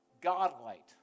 God-light